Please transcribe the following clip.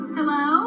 Hello